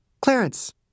Clarence